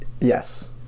Yes